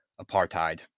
apartheid